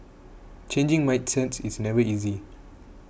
changing mindsets is never easy